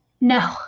No